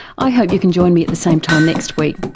i hope you can join me at the same time next week